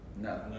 No